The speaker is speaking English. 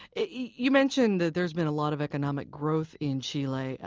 you mentioned that there's been a lot of economic growth in chile.